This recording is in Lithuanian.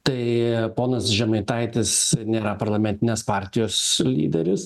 tai ponas žemaitaitis nėra parlamentinės partijos lyderis